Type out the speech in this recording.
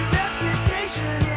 reputation